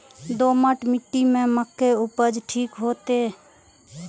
दोमट मिट्टी में मक्के उपज ठीक होते?